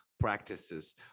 practices